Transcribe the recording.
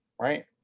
right